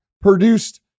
produced